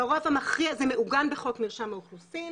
זה מעוגן בחוק מרשם האוכלוסין,